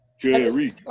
Jerry